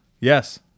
Yes